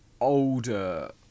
older